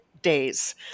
Days